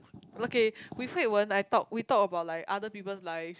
okay with Hui-Wen I talk we talk about like other people's lives